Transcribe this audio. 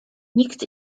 nikt